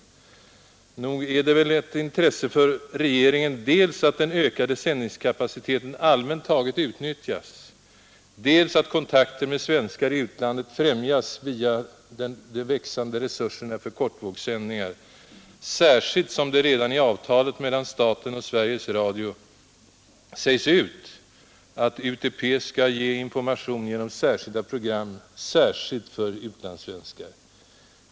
Men nog är det väl ett intresse för regeringen dels att den ökade sändningskapaciteten allmänt taget utnyttjas, dels att kontakten med svenskar i utlandet främjas via de växande resurserna för kortvågssändningar, särskilt som det redan i avtalet mellan staten och Sveriges Radio sägs ut att UTP skall ge information genom särskilda program särskilt för utlandssvenskar.